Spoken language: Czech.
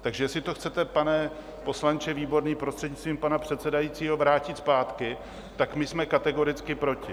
Takže jestli to chcete, pane poslanče Výborný, prostřednictvím pana předsedajícího, vrátit zpátky, tak my jsme kategoricky proti.